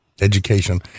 education